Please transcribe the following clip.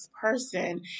person